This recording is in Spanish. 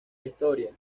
historia